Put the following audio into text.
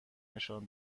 نشان